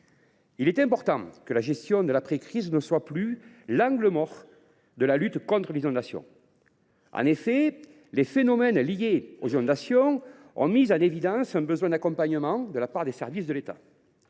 Il est important que la gestion de l’après crise ne soit plus l’angle mort de la lutte contre les inondations. En effet, les phénomènes liés aux inondations ont mis en évidence un besoin d’accompagnement de la part des services de l’État.